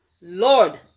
Lord